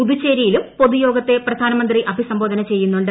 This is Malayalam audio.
പുതുച്ചേരിയിലും പൊതുയോഗത്തെ പ്രധാനമന്ത്രി അഭിസംബോധന ചെയ്യുന്നുണ്ട്